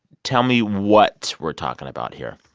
tell me what we're talking about here.